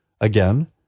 again